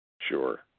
Sure